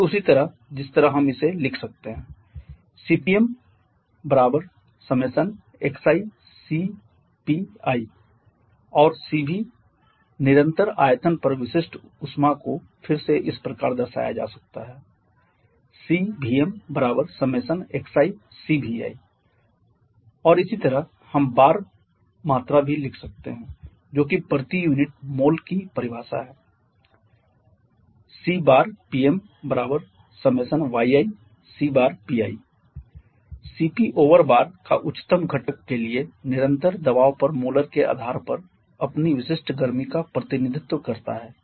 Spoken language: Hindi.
ठीक उसी तरह जिस तरह हम इसे लिख सकते हैं Cpmi1kxi Cpi और Cv निरंतर आयतन पर विशिष्ट ऊष्मा को फिर से इस प्रकार दर्शाया जा सकता है Cvmi1kxi Cvi और इसी तरह हम बार मात्रा भी लिख सकते हैं जो कि प्रति यूनिट मोल की परिभाषा है Cpmi1kyi Cpi Cp over bar उच्चतम घटक के लिए निरंतर दबाव पर मोलर के आधार पर अपनी विशिष्ट गर्मी का प्रतिनिधित्व करता है